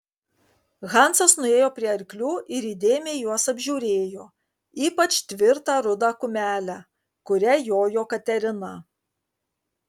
hansas nuėjo prie arklių ir įdėmiai juos apžiūrėjo ypač tvirtą rudą kumelę kuria jojo katerina